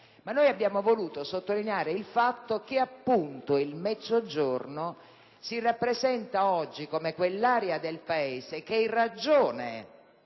- abbiamo voluto sottolineare che il Mezzogiorno si rappresenta oggi come quell'area del Paese che, in ragione